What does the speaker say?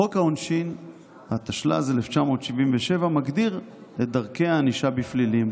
חוק העונשין התשל"ז-1977 מגדיר את דרכי הענישה בפלילים,